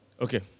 Okay